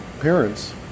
parents